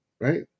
right